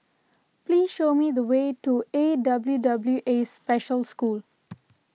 please show me the way to A W W A Special School